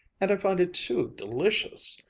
and i find it too delicious!